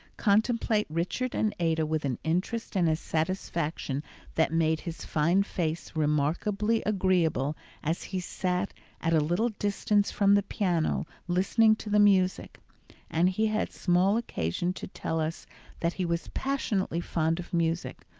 contemplate richard and ada with an interest and a satisfaction that made his fine face remarkably agreeable as he sat at a little distance from the piano listening to the music and he had small occasion to tell us that he was passionately fond of music,